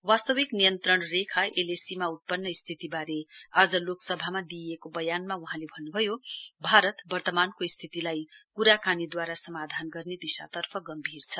वास्तविक नियन्त्रण रेखा एलएसी मा उत्पन्न स्थितिवारे आज लोकसभामा दिइएको वयानमा वहाँले भन्नभयो भारत वर्तमानको स्थितिलाई कुराकानीद्वारा समाधान गर्ने दिशातर्फ गम्भीर छ